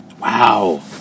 wow